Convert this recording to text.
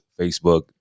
Facebook